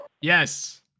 Yes